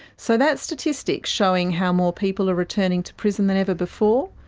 so that statistic showing how more people are returning to prison than ever before?